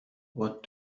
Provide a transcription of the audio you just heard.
what